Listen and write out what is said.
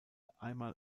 einmal